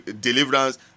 deliverance